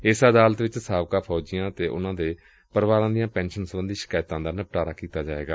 ਏਸ ਅਦਾਲਤ ਵਿਚ ਸਾਬਕਾ ਫੌਜੀਆਂ ਅਤੇ ਉਨਾਂ ਦੇ ਪਰਿਵਾਰ ਦੀਆਂ ਪੈਨਸ਼ਨ ਸਬੰਧੀ ਸ਼ਿਕਾਇਤਾਂ ਦਾ ਨਿਪਟਾਰਾ ਕੀਤਾ ਜਾਏਗਾ